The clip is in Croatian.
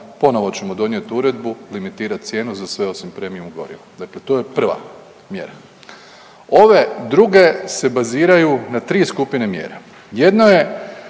ponovo ćemo donijeti uredbu limitirat cijenu za sve osim Premium goriva, dakle to je prva mjera. Ove druge se baziraju na tri skupine mjera, jedna je